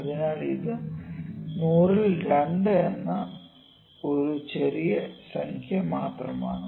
അതിനാൽ ഇത് 100 ൽ 2 എന്നത് ഒരു ചെറിയ സംഖ്യ മാത്രമാണ്